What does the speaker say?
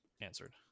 answered